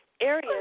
areas